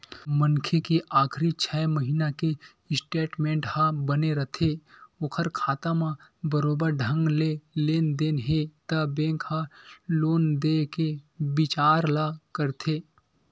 मनखे के आखरी छै महिना के स्टेटमेंट ह बने रथे ओखर खाता म बरोबर ढंग ले लेन देन हे त बेंक ह लोन देय के बिचार ल करथे